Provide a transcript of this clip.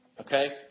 Okay